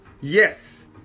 yes